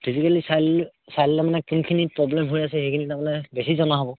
physically চাই ল'লে চাই ল'লে মানে কোনখিনি প্ৰব্লেম হৈ আছে সেইখিনি তাৰ মানে বেছি জনা হ'ব